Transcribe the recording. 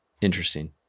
Interesting